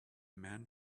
man